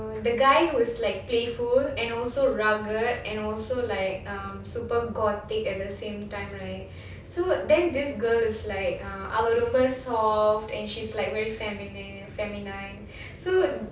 the guy who's like playful and also rugged and also like um super gothic at the same time right so then this girl is like err அவ ரொம்ப:ava romba soft ah and she's like very feminine feminine so